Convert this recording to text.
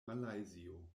malajzio